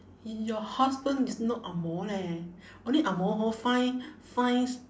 your husband is not angmoh leh only angmoh hor find find